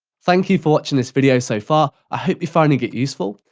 thank you for watching this video so far. i hope you're finding it useful.